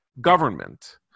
government